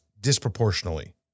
disproportionately